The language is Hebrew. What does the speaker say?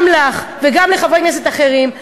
גם לך וגם לחברי כנסת אחרים,